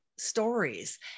stories